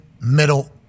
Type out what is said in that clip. middle